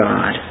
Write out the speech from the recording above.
God